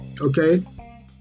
okay